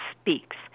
speaks